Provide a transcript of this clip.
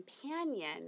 companion